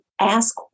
Ask